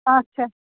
اچھا